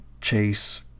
chase